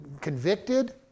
convicted